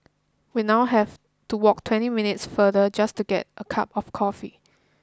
we now have to walk twenty minutes farther just to get a cup of coffee